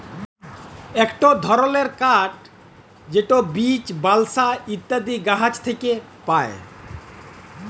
ইকট ধরলের কাঠ যেট বীচ, বালসা ইত্যাদি গাহাচ থ্যাকে পায়